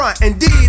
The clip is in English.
Indeed